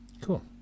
Cool